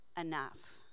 enough